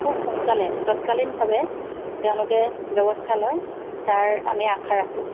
খুব সোনকালে ততকালীনভাৱে তেওঁলোকে ব্যৱস্থা লয় তাৰ আমি আশা ৰাখোঁ